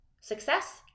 Success